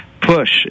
Push